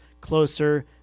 closer